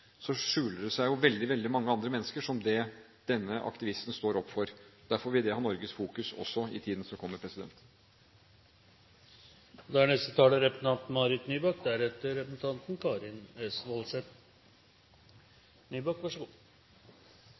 skjuler det seg jo veldig, veldig mange andre mennesker som det denne aktivisten står opp for. Derfor vil det ha Norges fokus også i tiden som kommer.